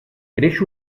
creix